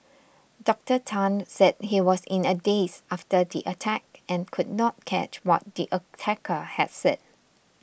Doctor Tan said he was in a daze after the attack and could not catch what the attacker had said